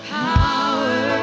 power